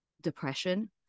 depression